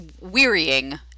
wearying